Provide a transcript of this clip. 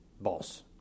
boss